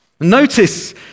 Notice